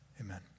Amen